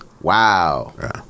wow